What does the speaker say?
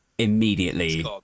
immediately